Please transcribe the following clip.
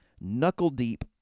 knuckle-deep